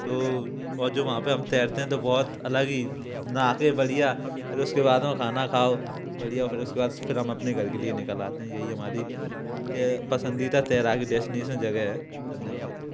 तो और जो वहाँ पे हम तैरते हैं तो बहुत अलग ही नहां के बढ़िया फिर उसके बाद में खाना खाओ बढ़िया फिर उसके बाद फिर हम अपने घर के लिए निकल आते हैं यही हमारी त पसंदीदा तैराकी की डेस्टिनेशन जगह है धन्यवाद